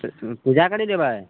पूजा करय जेबय